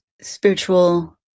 spiritual